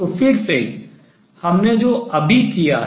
तो फिर से हमने जो अभी किया है